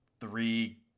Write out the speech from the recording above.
three